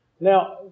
Now